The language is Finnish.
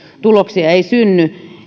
tuloksia synny